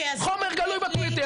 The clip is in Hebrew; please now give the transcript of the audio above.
חומר גלוי בטוויטר,